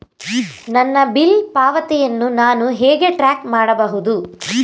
ನನ್ನ ಬಿಲ್ ಪಾವತಿಯನ್ನು ನಾನು ಹೇಗೆ ಟ್ರ್ಯಾಕ್ ಮಾಡಬಹುದು?